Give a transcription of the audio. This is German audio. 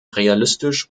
realistisch